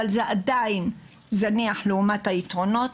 אבל זה עדיין זניח לעומת היתרונות.